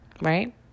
Right